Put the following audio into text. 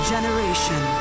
generation